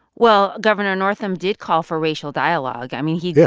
well, governor northam did call for racial dialogue. i mean. yeah.